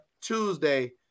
Tuesday